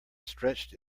stretched